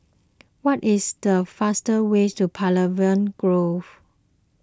what is the fastest ways to Pavilion Grove